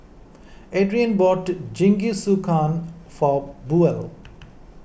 Adrien bought Jingisukan for Buel